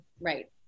right